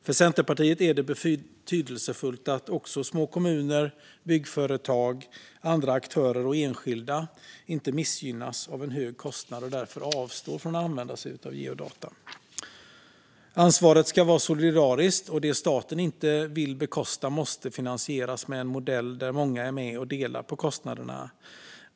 För Centerpartiet är det betydelsefullt att små kommuner, byggföretag, andra aktörer och enskilda inte missgynnas av en hög kostnad och därför avstår från att använda sig av geodata. Ansvaret ska vara solidariskt, och det staten inte vill bekosta måste finansieras med en modell där många är med och delar på kostnaderna.